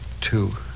Two